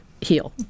heal